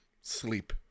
Sleep